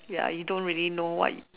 ya you don't really know what you